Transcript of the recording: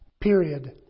period